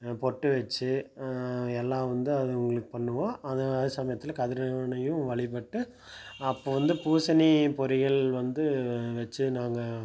பொட்டு வச்சு எல்லாம் வந்து அதுங்களுக்கு பண்ணுவோம் அதே சமயத்தில் கதிரவனையும் வழிபட்டு அப்போது வந்து பூசணி பொரியல் வந்து வைச்சு நாங்கள்